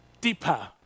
deeper